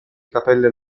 cappelle